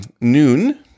noon